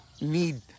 need